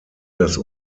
das